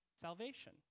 salvation